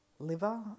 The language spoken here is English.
liver